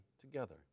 together